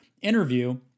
interview